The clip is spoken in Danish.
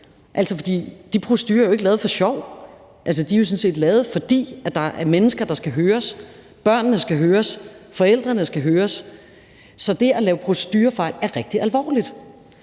ikke ske. De procedurer er jo ikke lavet for sjov. De er jo sådan set lavet, fordi der er mennesker, der skal høres: Børnene skal høres, forældrene skal høres. Så det at lave procedurefejl er rigtig alvorligt.